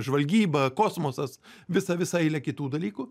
žvalgyba kosmosas visa visa eilė kitų dalykų